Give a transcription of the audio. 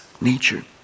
nature